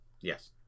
Yes